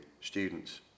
students